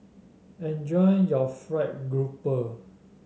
enjoy your fried grouper